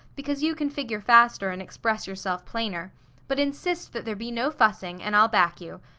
because you can figure faster and express yourself plainer but insist that there be no fussing, an' i'll back you.